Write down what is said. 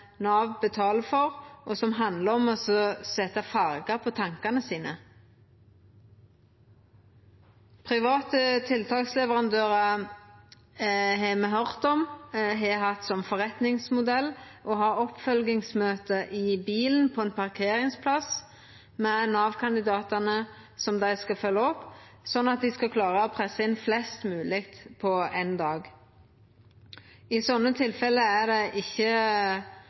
Nav betaler for, som handlar om å setja farge på tankane sine. Private tiltaksleverandørar har me høyrt om har hatt som forretningsmodell å ha oppfølgingsmøte i bilen på ein parkeringsplass med Nav-kandidatane som dei skal følgja opp, slik at dei skal klara å pressa inn flest mogleg på éin dag. I slike tilfelle er det stort sett ikkje